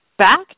Back